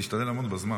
עמית, תשתדל לעמוד בזמן.